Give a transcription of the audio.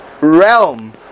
realm